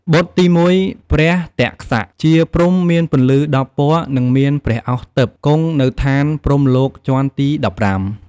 បុត្រទី១ ព្រះទក្សៈ ជាព្រហ្មមានពន្លឺ១០ពណ៌ និងមានព្រះឱស្ឋទិព្វ គង់នៅឋានព្រហ្មលោកជាន់ទី១៥ ។